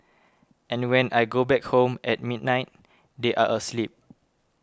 and when I go back home at midnight they are asleep